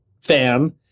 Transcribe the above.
fan